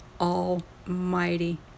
Almighty